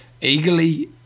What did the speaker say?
eagerly